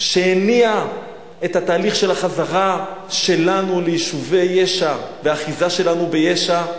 שהניע את התהליך של החזרה שלנו ליישובי יש"ע והאחיזה שלנו ביש"ע,